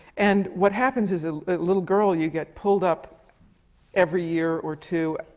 and what happens as a little girl, you get pulled up every year or two,